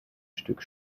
stück